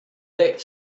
that